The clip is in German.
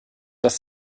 dass